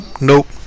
Nope